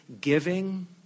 giving